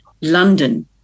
London